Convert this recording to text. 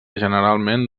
generalment